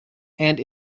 and